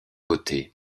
côtés